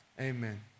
Amen